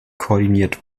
koordiniert